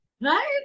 Right